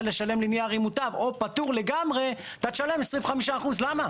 לשלם ליניארי מוטב או פטור לגמרי אתה תשלם 25%. למה,